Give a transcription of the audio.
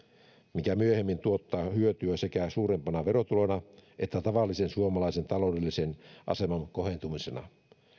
mikä myöhemmin tuottaa hyötyä sekä suurempana verotulona että tavallisen suomalaisen taloudellisen aseman kohentumisena